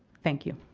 thank you.